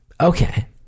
Okay